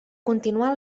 continuar